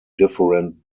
different